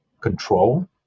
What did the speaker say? control